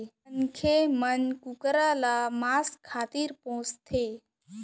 मनसे मन कुकरा ल मांस खातिर पोसथें